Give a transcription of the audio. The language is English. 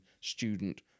student